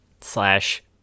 slash